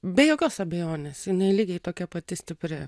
be jokios abejonės jinai lygiai tokia pati stipri